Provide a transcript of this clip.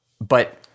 But-